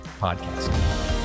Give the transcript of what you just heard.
podcast